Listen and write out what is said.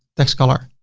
text color